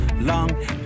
Long